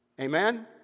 amen